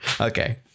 Okay